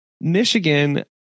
Michigan